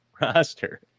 roster